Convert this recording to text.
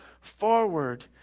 forward